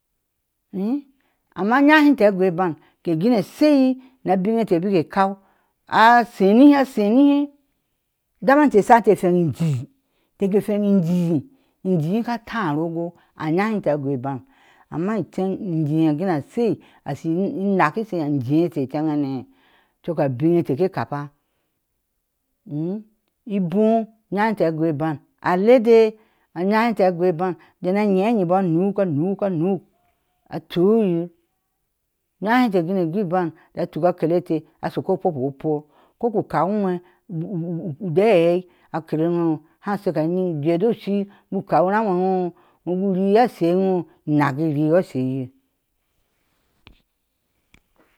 I amma a yabin inteh a gɔɔ ebaŋ ke gune shayir na abin ateh bik a kau, a sheni aseni ne dama inte asha ke feŋ injii tea ke fe? Injii katáá urogo a hm inteh a gɔɔ ibin, amma eceŋ injiŋ aguna ashaa ashi inak a sho a jiŋ a teh icheŋ hanee cok abin etee ke kapa i ibur ŋyabin inte a gɔɔ iban alede a ŋyahin i nteh a goi ibin a je na yi ayibɔɔ anuk anuk anuk, atuu yir yahn tea gune gɔɔ iban iyɔɔ ituk a kele teh asɔo ko kpupu ko gu kau uŋwe de eile akele nɔɔ ha shoke agin ujee do shi ju kau iram ewɔɔ wɔɔ bik u ri iye a sho a wɔɔ inak in iyɔɔ a shɔ aye